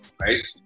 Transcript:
right